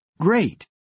Great